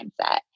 mindset